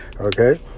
okay